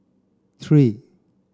three